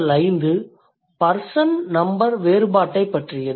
GEN5 person number வேறுபாட்டைப் பற்றியது